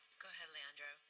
go ahead, alejandro.